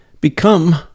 become